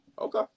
Okay